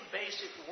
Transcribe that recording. basic